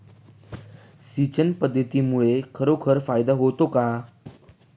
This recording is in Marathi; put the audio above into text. सिंचन पद्धतीमुळे खरोखर फायदा होतो का?